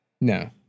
No